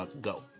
Go